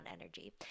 energy